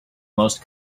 most